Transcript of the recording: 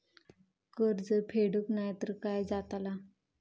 कर्ज फेडूक नाय तर काय जाताला?